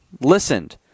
listened